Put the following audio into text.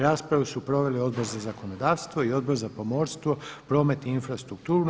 Rasprava su proveli Odbor za zakonodavstvo i Odbor za pomorstvo, promet i infrastrukturu.